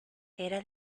era